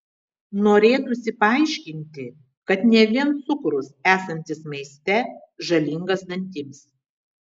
norėtųsi paaiškinti kad ne vien cukrus esantis maiste žalingas dantims